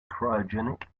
cryogenic